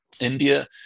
India